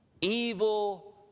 evil